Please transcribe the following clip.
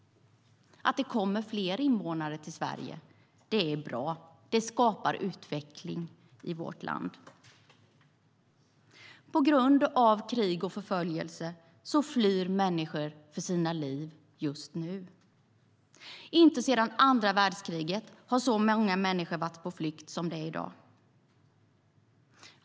Att det kommer fler invånare till Sverige är bra. Det skapar utveckling i vårt land. På grund av krig och förföljelse flyr människor för sina liv just nu. Inte sedan andra världskriget har så många varit på flykt som i dag.